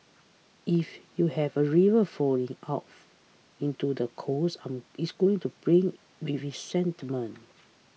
if you have a river flowing into the coast it's going to bring with it sediments